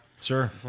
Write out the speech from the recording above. sure